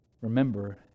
Remember